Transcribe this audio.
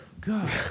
God